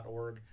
.org